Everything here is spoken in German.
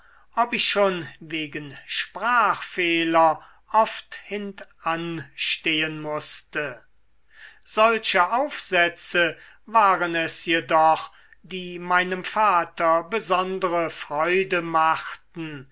ob ich schon wegen sprachfehler oft hintanstehen mußte solche aufsätze waren es jedoch die meinem vater besondre freude machten